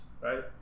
right